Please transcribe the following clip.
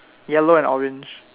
yellow and orange